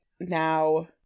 Now